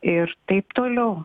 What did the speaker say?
ir taip toliau